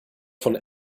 von